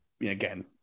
again